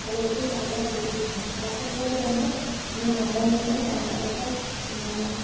പലയിടത്തും പല രീതിയിലുണ്ട് കാസർഗോഡ് തന്നെ നമ്മൾ മലയാളത്തിൽ പല ഇപ്പം